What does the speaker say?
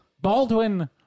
Baldwin